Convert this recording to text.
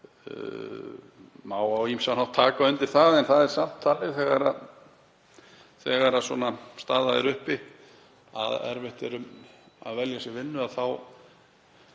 má á ýmsan hátt taka undir það. En það er samt þannig þegar svona staða er uppi að erfitt er að velja sér vinnu að